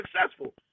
successful